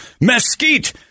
mesquite